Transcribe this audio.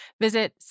Visit